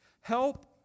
Help